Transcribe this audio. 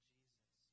Jesus